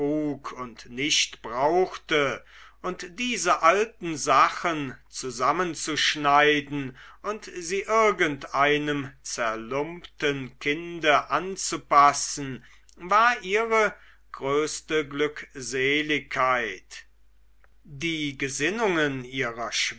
und nicht brauchte und diese alten sachen zusammenzuschneiden und sie irgendeinem zerlumpten kinde anzupassen war ihre größte glückseligkeit die gesinnungen ihrer